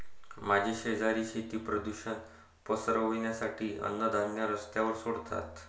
माझे शेजारी शेती प्रदूषण पसरवण्यासाठी अन्नधान्य रस्त्यावर सोडतात